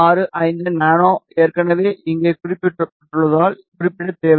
65 nano ஏற்கனவே இங்கு குறிப்பிடப்பட்டுள்ளதால் குறிப்பிட தேவையில்லை